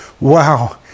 Wow